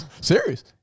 Serious